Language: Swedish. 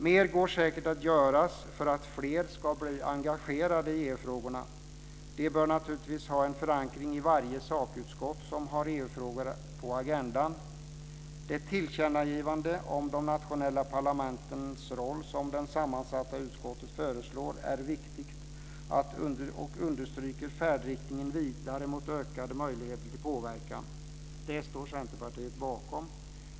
Mer går säkert att göra för att fler ska bli engagerade i EU-frågorna. De bör naturligtvis ha en förankring i varje sakutskott som har EU-frågor på agendan. Det tillkännagivande om de nationella parlamentens roll som det sammansatta utskottet föreslår är viktigt och understryker färdriktningen vidare mot ökade möjligheter till påverkan. Det står Centerpartiet bakom.